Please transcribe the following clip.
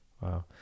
wow